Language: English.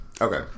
Okay